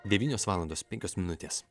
devynios valandos penkios minutės